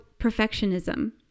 perfectionism